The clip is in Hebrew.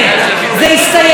אחרי עשרות דיונים,